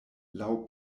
laŭ